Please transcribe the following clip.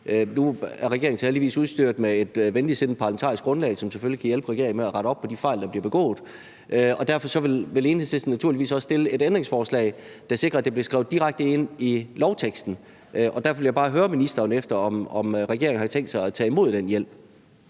Nu er regeringen heldigvis udstyret med et venligsindet parlamentarisk grundlag, som selvfølgelig kan hjælpe regeringen med at rette op på de fejl, der bliver begået. Derfor vil Enhedslisten naturligvis også stille et ændringsforslag, der sikrer, at det bliver skrevet direkte ind i lovteksten. Derfor vil jeg bare høre ministeren, om regeringen har tænkt sig at tage imod den hjælp.